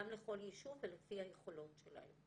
גם לכל יישוב ולפי היכולות שלהם.